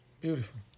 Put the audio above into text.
Beautiful